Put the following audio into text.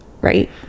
Right